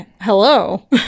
Hello